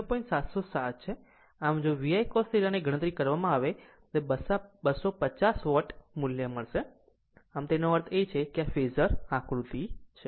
707 છે આમ જો VI cos θ ની ગણતરી કરવામાં આવે તો 250 વોટ્ટ મૂલ્ય મળશે આમ તેનો અર્થ એ કે આ ફેઝર આકૃતિ છે